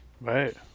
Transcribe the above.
Right